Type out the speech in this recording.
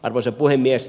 arvoisa puhemies